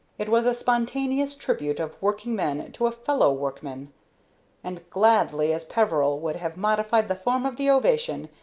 it was a spontaneous tribute of working-men to a fellow-workman and, gladly as peveril would have modified the form of the ovation,